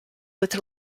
with